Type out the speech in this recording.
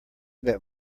that